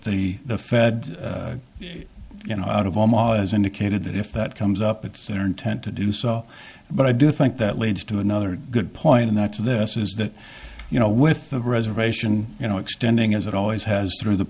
that the fed you know out of almost as indicated that if that comes up it's their intent to do so but i do think that leads to another good point in that to this is that you know with the reservation you know extending as it always has through the